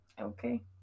Okay